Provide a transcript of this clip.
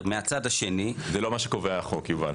מהצד השני --- זה לא מה שקובע החוק, יובל,